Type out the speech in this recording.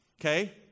Okay